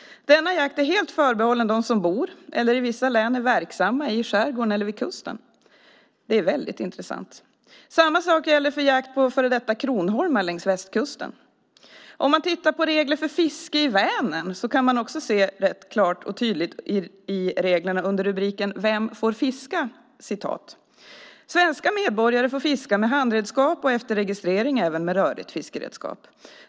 Denna jakt är helt förbehållen dem som bor eller, i vissa län, är verksamma i skärgården eller vid kusten. Det är väldigt intressant. Samma sak gäller för jakt på före detta kronoholmar längs västkusten. Om man tittar på regler för fiske i Vänern kan man också se klart och tydligt i reglerna under rubriken "Vem får fiska?" att svenska medborgare får fiska med handredskap och efter registrering även med rörligt fiskeredskap.